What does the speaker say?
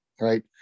right